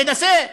להינשא?